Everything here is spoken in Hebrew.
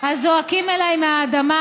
הזועקים אליי מהאדמה,